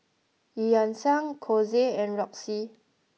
Eu Yan Sang Kose and Roxy